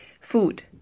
Food